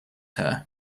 her